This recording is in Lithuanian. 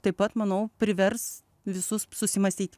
taip pat manau privers visus susimąstyti